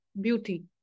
beauty